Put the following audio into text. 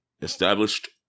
established